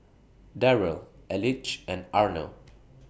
Darrell Elige and Arno